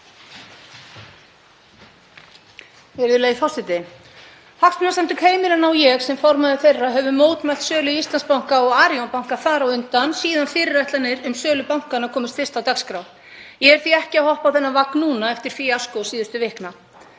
Virðulegi forseti. Hagsmunasamtök heimilanna, og ég sem formaður þeirra, hafa mótmælt sölu Íslandsbanka og Arion banka þar á undan síðan fyrirætlanir um sölu bankanna komust fyrst á dagskrá. Ég er því ekki að hoppa á þennan vagn núna eftir fíaskó síðustu vikna.